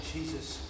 Jesus